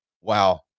Wow